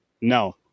No